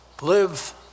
live